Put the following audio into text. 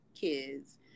kids